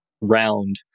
round